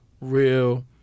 real